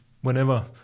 whenever